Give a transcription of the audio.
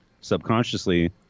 subconsciously